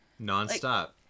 Nonstop